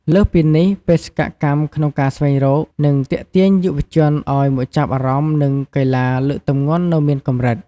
លើសពីនេះបេសកកម្មក្នុងការស្វែងរក និងទាក់ទាញយុវជនឱ្យមកចាប់អារម្មណ៍នឹងកីឡាលើកទម្ងន់នៅមានកម្រិត។